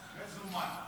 מזומן.